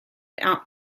aunt